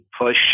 push